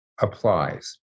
applies